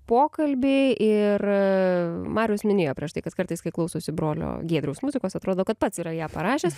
pokalbį ir marius minėjo prieš tai kad kartais kai klausosi brolio giedriaus muzikos atrodo kad pats yra ją parašęs